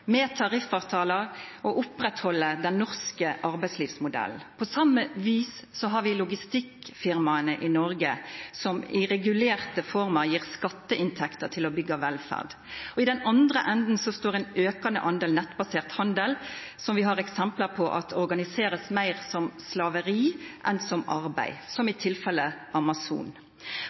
med tariffavtaler og opprettholder den norske arbeidslivsmodellen. På samme vis har vi logistikkfirmaene i Norge som i regulerte former gir skatteinntekter til å bygge velferd. Og i den andre enden står en økende andel nettbasert handel som vi har eksempler på organiseres mer som slaveri enn som arbeid, som i